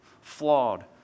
Flawed